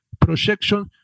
projection